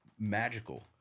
Magical